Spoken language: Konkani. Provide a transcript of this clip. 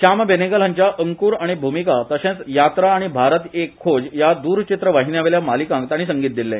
श्याम बेनेगल हांच्या अंकूर आनी भूमिका तशेंच यात्रा आनी भारत एक खोज या द्रचित्रवाहीन्यांवेल्या मालिकांक तांणी संगीत दिल्ले